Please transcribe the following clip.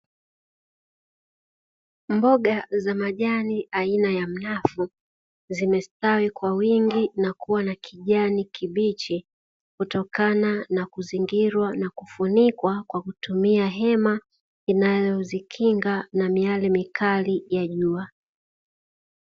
Mboga za majani aina ya mnavu zimestawi kwa wingi na kuwa na kijani kibichi, kutokana na kuzingirwa na kufunikwa kwa kutumia hema inayozikinga na miale mikali ya jua.